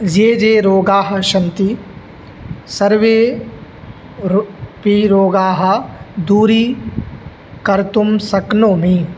ये ये रोगाः सन्ति सर्वेपि रोगाः दूरीकर्तुं शक्नोमि